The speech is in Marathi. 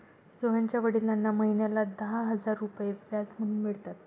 सोहनच्या वडिलांना महिन्याला दहा हजार रुपये व्याज म्हणून मिळतात